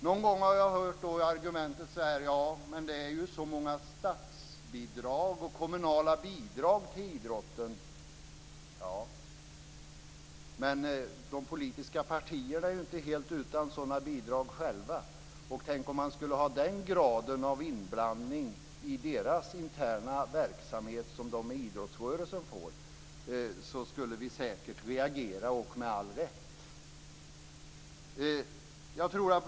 Någon gång har jag hört argumentet: Det är ju så många statsbidrag och kommunala bidrag till idrotten. Men de politiska partierna är inte själva helt utan sådan bidrag. Tänk om man skulle ha den graden av inblandning i deras interna verksamhet som idrottsrörelsen får. Då skulle vi säkert reagera, och med all rätt.